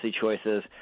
choices